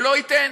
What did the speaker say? שלא ייתן,